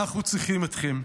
אנחנו צריכים אתכם.